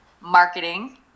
marketing